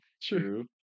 true